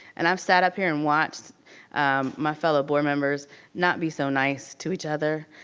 and i've sat up here and watched my fellow board members not be so nice to each other.